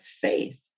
faith